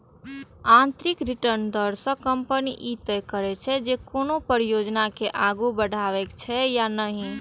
आंतरिक रिटर्न दर सं कंपनी ई तय करै छै, जे कोनो परियोजना के आगू बढ़ेबाक छै या नहि